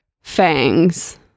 fangs